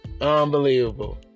unbelievable